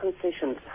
concessions